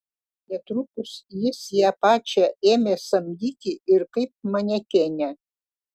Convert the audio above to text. netrukus jis ją pačią ėmė samdyti ir kaip manekenę